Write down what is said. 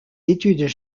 études